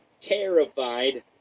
terrified